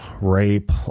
rape